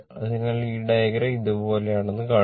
അതിനാൽ ഈ ഡയഗ്രം ഇതുപോലെയാണെന്ന് കാണുക